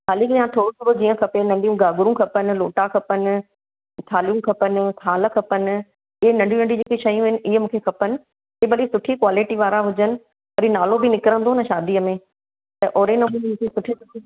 हाली इहो थोरो थोरो जीअं खपे नंढियूं घाघरूं खपनि लोटा खपनि थाल्हियूं खपनि थाल्ह खपनि इहा नंढी नंढी जेकी शयूं आहिनि इहा मूंखे खपनि ई भली सुठी कॉलिटी वारा हुजनि वरी नालो बि निकिरंदो न शादीअ में त होड़े नमूने जी सुठी सुठी